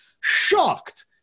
shocked